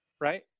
right